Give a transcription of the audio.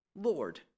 Lord